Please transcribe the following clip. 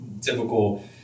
typical